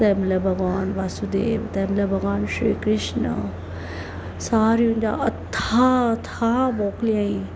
तंहिंमहिल भॻवानु वासुदेव तंहिंमहिल भॻवानु श्री कृष्ण साड़ियुनि जा अथाहु अथाहु मोकिलियांई